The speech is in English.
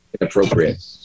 inappropriate